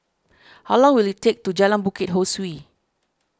how long will it take to Jalan Bukit Ho Swee